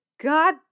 God